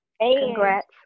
Congrats